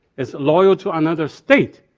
it's loyal to another state,